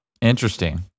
Interesting